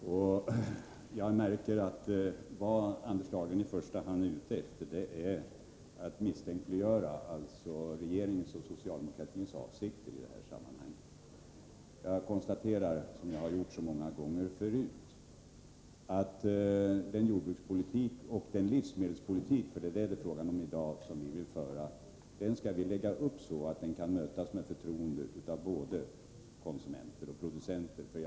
Fru talman! Detta blir mitt sista inlägg i den här debatten. Jag märker att Anders Dahlgren i första hand är ute efter att misstänkliggöra regeringens och socialdemokratins avsikter i det här sammanhanget. Jag konstaterar, som jag har gjort så många gånger förut, att den jordbrukspolitik och den livsmedelspolitik — och det är den senare det är fråga om i dag — vi vill föra skall läggas upp så, att den kan mötas med förtroende av både konsumenter och producenter.